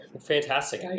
Fantastic